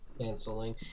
Canceling